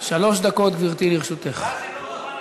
שלוש דקות לרשותך, גברתי.